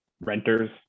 renters